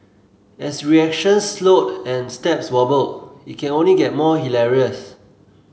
as reactions slowed and steps wobble it can only get more hilarious